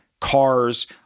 cars